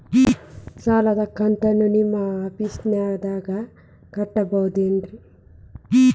ಸಾಲದ ಕಂತು ನಿಮ್ಮ ಆಫೇಸ್ದಾಗ ಕಟ್ಟಬಹುದೇನ್ರಿ?